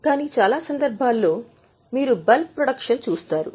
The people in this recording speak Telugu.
కానీ చాలా సందర్భాల్లో మీరు బల్క్ ప్రొడక్షన్ చూస్తారు